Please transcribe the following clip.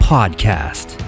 Podcast